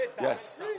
yes